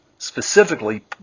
specifically